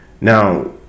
Now